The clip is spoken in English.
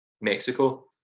Mexico